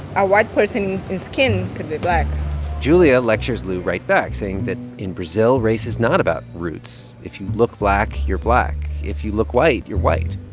a white person in skin could be black julia lectures lu right back, saying that in brazil, race is not about roots. if you look black, you're black. if you look white, you're white.